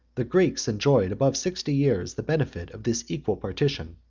the greeks enjoyed above sixty years the benefit of this equal partition.